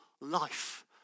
life